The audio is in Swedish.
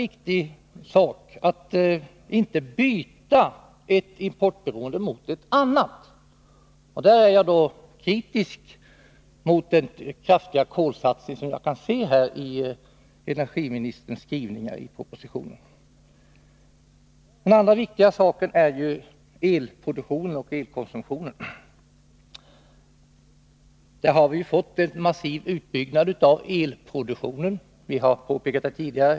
Viktigt är alltså att vi inte byter ett importberoende mot ett annat. På den punkten är jag kritisk mot den kraftiga kolsatsning som kan skönjas i energiministerns skrivningar i propositionen. Andra viktiga saker är elproduktionen och elkonsumtionen. Det har ju varit en massiv utbyggnad när det gäller elproduktionen. Men det har vi pekat på tidigare.